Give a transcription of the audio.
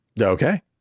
Okay